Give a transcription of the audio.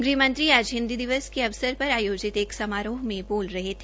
गृहमंत्री आज हिन्दी दिवस के अवसर पर आयोजित एक समारोह में बोल रहे थ